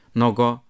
nogo